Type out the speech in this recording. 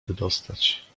wydostać